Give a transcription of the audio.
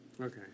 Okay